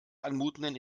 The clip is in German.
anmutenden